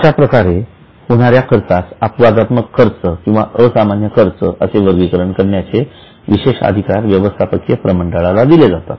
अश्याप्रकारे होणाऱ्या खर्चास अपवादात्मक खर्च किंवा असामान्य खर्च असे वर्गिकरण करण्याचे विशेष अधिकार व्यवस्थापकीय प्रमंडळाला दिले जातात